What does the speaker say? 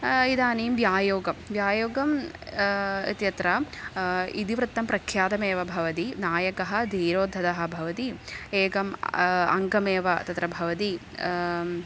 इदानीं व्यायोगः व्यायोगः इत्यत्र इतिवृत्तं प्रख्यातमेव भवति नायकः धीरोद्धतः भवति एकम् अङ्गमेव तत्र भवति